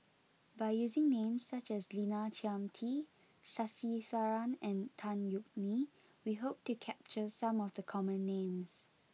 by using names such as Lina Chiam T Sasitharan and Tan Yeok Nee we hope to capture some of the common names